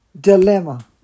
dilemma